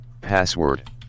Password